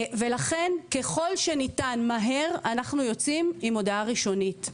ולכן ככל שניתן מהר אנחנו יוצאים עם הודעה ראשונית.